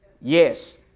Yes